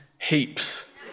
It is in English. heaps